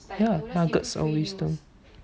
ya nuggets of wisdom